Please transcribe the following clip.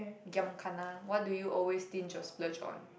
giam gana what do you always stinge or splurge on